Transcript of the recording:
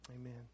amen